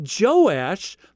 Joash